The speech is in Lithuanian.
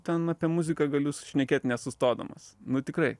ten apie muziką galiu šnekėt nesustodamas nu tikrai